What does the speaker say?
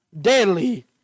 daily